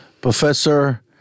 Professor